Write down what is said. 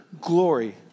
glory